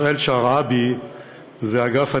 הראל שרעבי ואגף התקציבים,